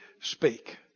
Speak